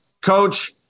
coach